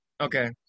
Okay